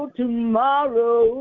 tomorrow